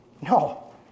No